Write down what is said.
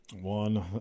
one